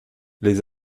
les